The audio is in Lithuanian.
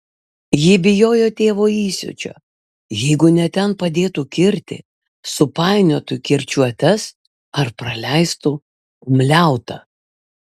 ji bijojo tėvo įsiūčio jeigu ne ten padėtų kirtį supainiotų kirčiuotes ar praleistų umliautą